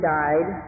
died